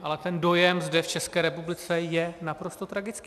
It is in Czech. Ale ten dojem zde v České republice je naprosto tragický.